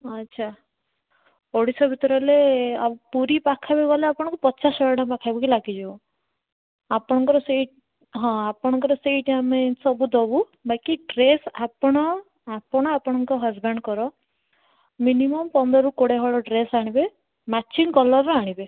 ଆଚ୍ଛା ଓଡ଼ିଶା ଭିତରେ ହେଲେ ପୁରୀ ପାଖାପାଖି ଗଲେ ଆପଣଙ୍କୁ ପଚାଶ ହଜାର ଟଙ୍କା ପାଖାପାଖି ଲାଗିଯିବ ଆପଣଙ୍କର ସେଇ ହଁ ଆପଣଙ୍କର ସେଇଠି ଆମେ ସବୁ ଦେବୁ ବାକି ଡ୍ରେସ୍ ଆପଣ ଆପଣ ଆପଣଙ୍କ ହଜ୍ବ୍ୟାଣ୍ଡଙ୍କର ମିନିମମ୍ ପନ୍ଦରରୁ କୋଡ଼ିଏ ହଳ ଡ୍ରେସ୍ ଆଣିବେ ମ୍ୟାଚିଂ କଲର୍ର ଆଣିବେ